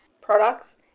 products